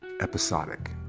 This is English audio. episodic